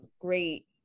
great